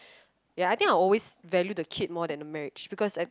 ya I think I will always value the kid more than the marriage because I think